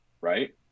right